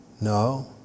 No